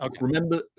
Remember